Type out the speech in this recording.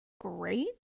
great